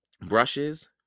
brushes